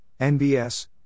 NBS